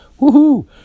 woohoo